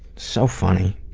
so funny.